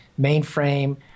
mainframe